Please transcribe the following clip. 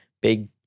big